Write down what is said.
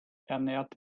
ernährt